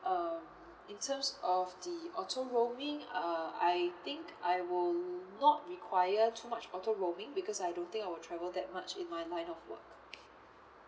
um in terms of the auto roaming uh I think I will not require too much auto roaming because I don't think I will travel that much in my line of work